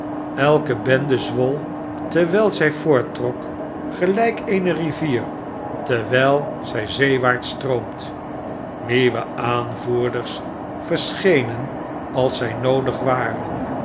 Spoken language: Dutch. elke bende zwol terwijl zij voorttrok gelijk eene rivier terwijl zij zeewaarts stroomt meuwe aanvoerders verschenen als zij noodig waren